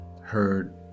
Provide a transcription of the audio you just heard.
heard